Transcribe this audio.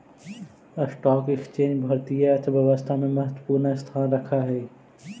stock exchange भारतीय अर्थव्यवस्था में महत्वपूर्ण स्थान रखऽ हई